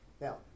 Now